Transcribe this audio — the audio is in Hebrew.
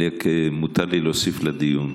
מותר לי להוסיף לדיון: